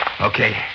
Okay